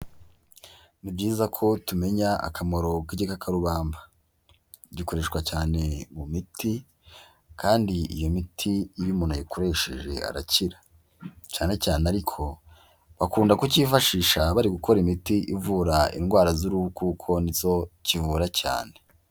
Ni byiza ko tumenya akamaro k'igikakarubamba. Gikoreshwa cyane mu miti, kandi iyo miti iyo umuntu ayikoresheje arakira. Cyane cyane ariko, bakunda kukicyifashisha, bari gukora imiti ivura indwara z'uruhu, kuko nizo kivura cyane.